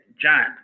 John